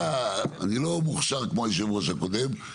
אני לא מוכשר כמו היושב ראש הקודם,